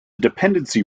dependency